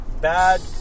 Bad